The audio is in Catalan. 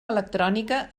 electrònica